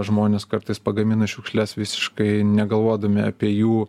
žmonės kartais pagamina šiukšles visiškai negalvodami apie jų